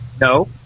no